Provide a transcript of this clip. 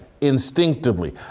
instinctively